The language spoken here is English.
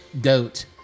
goat